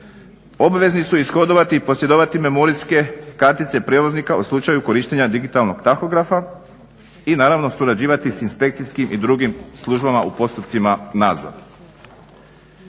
Obvezni su ishodovati i posjedovati memorijske kartice prijevoznika u slučaju korištenja digitalnog tahografa i naravno surađivati s inspekcijskim i drugim službama u postupcima nadzora.